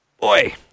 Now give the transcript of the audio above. Boy